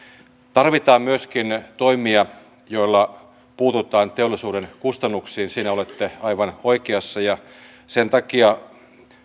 tarvitaan myöskin toimia joilla puututaan teollisuuden kustannuksiin siinä olette aivan oikeassa ja sen takia